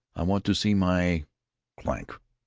i want to see my clank!